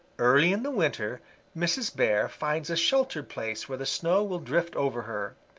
early in the winter mrs. bear finds a sheltered place where the snow will drift over her.